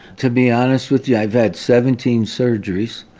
to be honest with you, i've had seventeen surgeries